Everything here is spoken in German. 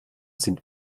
sind